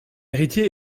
héritier